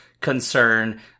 concern